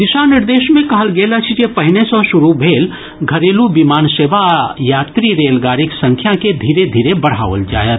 दिशा निर्देश मे कहल गेल अछि जे पहिने सॅ शुरू भेल घरेलू विमान सेवा आ यात्री रेलगाड़ीक संख्या के धीरे धीरे बढ़ाओल जायत